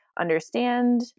understand